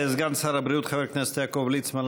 סגן שר הבריאות חבר הכנסת יעקב ליצמן,